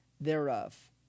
thereof